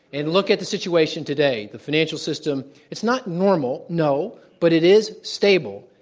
and look at the situation today. the financial system is not normal, no, but it is stable.